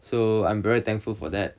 so I'm very thankful for that